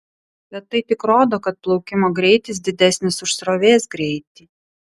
bet tai tik rodo kad plaukimo greitis didesnis už srovės greitį